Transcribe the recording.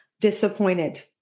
Disappointed